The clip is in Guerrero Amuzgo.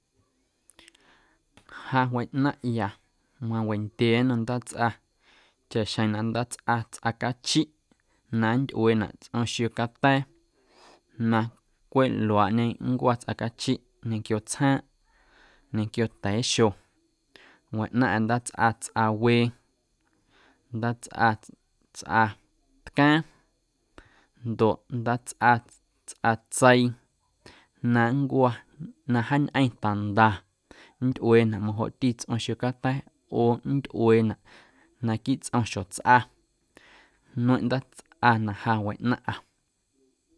Ja wiꞌnaⁿꞌya wendyee nnom ndaatsꞌa chaꞌxjeⁿ na ndaatsꞌa tsꞌa cachiꞌ na nntyꞌueenaꞌ tsꞌom xiocata̱a̱ na cweꞌ luaaꞌñe nncwa tsꞌa cachiꞌ quio tsjaaⁿꞌ ñequio ta̱a̱xo waꞌnaⁿꞌa ndaatsꞌa tsꞌawee, ndaatsꞌa tsꞌa tcaaⁿ ndoꞌ ndaatsꞌa tsꞌatseii na nncwa na jaañꞌeⁿ tanda nntyꞌueenaꞌ majoꞌti tsꞌom xiocata̱a̱ oo nntyꞌueenaꞌ naquiiꞌ tsꞌom xjotsꞌa nueⁿꞌ ndaatsꞌa na ja wiꞌnaⁿꞌa.